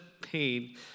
pain